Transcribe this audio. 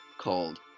called